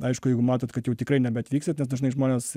aišku jeigu matot kad jau tikrai nebeatvyksit nes dažnai žmonės